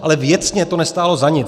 Ale věcně to nestálo za nic.